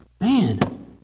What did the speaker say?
Man